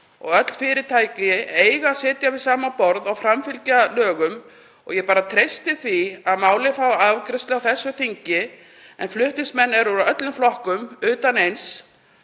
Öll fyrirtæki eiga að sitja við sama borð og framfylgja lögum og ég treysti því að málið fái afgreiðslu á þessu þingi. Flutningsmenn eru úr öllum flokkum utan eins